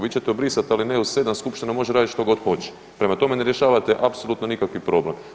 Vi ćete obrisat alineju 7. skupština može radit što god hoće, prema tome ne rješavate apsolutno nikakvi problem.